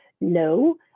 no